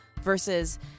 versus